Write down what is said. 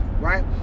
right